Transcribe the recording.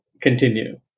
Continue